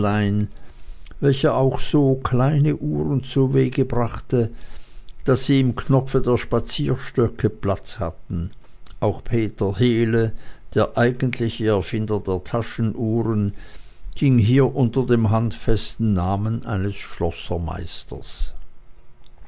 welcher auch so kleine uhren zuwege brachte daß sie im knopfe der spazierstöcke platz hatten auch peter hele der eigentliche erfinder der taschenuhren ging hier unter dem handfesten namen eines